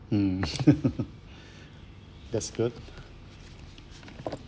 mm that's good